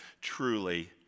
truly